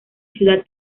ciudad